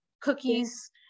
cookies